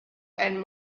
and